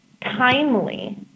timely